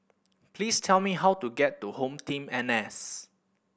please tell me how to get to HomeTeam N S